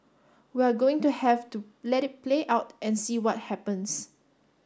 we're going to have to let it play out and see what happens